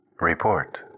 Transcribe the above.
report